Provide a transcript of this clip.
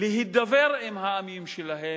להידבר עם העמים שלהם,